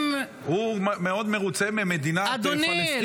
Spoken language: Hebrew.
--- הוא מאוד מרוצה ממדינת פלסטין --- אדוני.